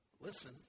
listen